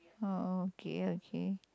orh okay okay